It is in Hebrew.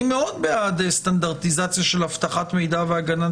אני מאוד בעד סטנדרטיזציה של הבטחת מידע והגנת